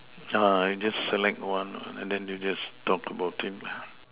uh just select one and then they just talk about it